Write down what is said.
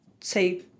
say